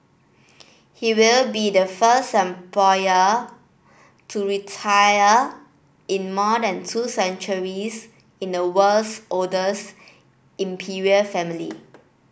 he will be the first emperor to retire in more than two centuries in the world's oldest imperial family